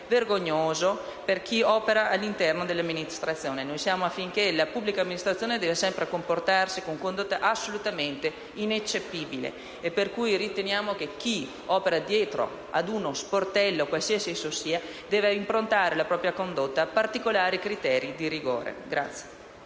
vergognoso per chi opera all'interno dell'amministrazione. Noi siamo affinché la pubblica amministrazione debba sempre comportarsi con condotte assolutamente ineccepibili e riteniamo che chi opera dietro ad uno sportello, qualsiasi esso sia, debba improntare la propria condotta a particolari criteri di rigore.